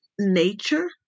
nature